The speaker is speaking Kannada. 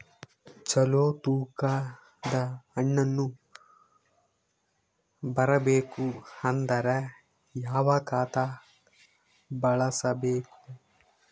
ಚಲೋ ತೂಕ ದ ಹಣ್ಣನ್ನು ಬರಬೇಕು ಅಂದರ ಯಾವ ಖಾತಾ ಬಳಸಬೇಕು?